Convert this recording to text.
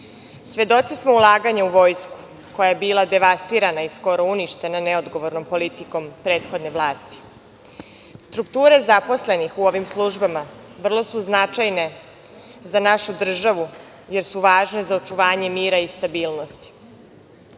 Svedoci smo ulaganja u vojsku koja je bila devastirana i skoro uništena neodgovornom politikom prethodne vlasti. Strukture zaposlenih u ovim službama vrlo su značajne za našu državu jer su važne za očuvanje mira i stabilnosti.